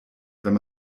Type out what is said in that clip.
wenn